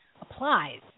applies